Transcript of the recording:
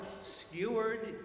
skewered